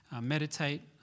meditate